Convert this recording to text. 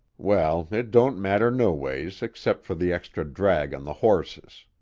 well, it don't matter noways except for the extra drag on the horses.